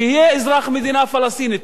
שיהיה אזרח מדינה פלסטינית.